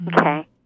Okay